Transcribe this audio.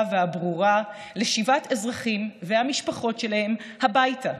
והברורה לשיבת אזרחים והמשפחות שלהם הביתה,